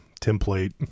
template